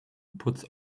puts